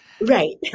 Right